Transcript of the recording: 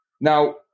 Now